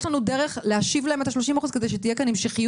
- האם יש לנו דרך להשיב להם את ה-30 אחוז כדי שתהיה כאן המשכיות?